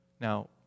Now